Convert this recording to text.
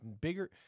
bigger